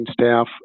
staff